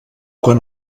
quan